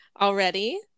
already